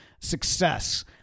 success